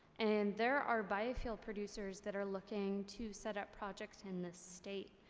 and there are biofuel producers that are looking to set up project in the state.